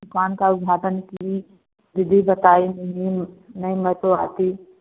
दुकान का उद्घाटन की दीदी बताई ही नहीं मैं तो आती